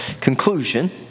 conclusion